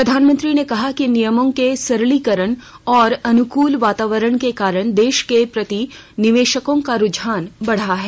प्रधानमंत्री ने कहा कि नियमो के सरलीकरण और अनुकूल वातावरण के कारण देश के प्रति निवेशकों का रूझान बढ़ा है